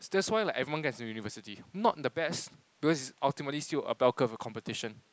that's why like everybody gets into University not the best because it's ultimately still a bell curve competition